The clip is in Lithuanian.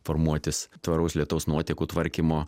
formuotis tvaraus lietaus nuotekų tvarkymo